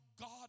God